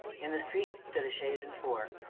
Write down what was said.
in the street stood a chaise and four,